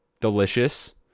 Delicious